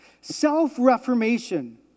self-reformation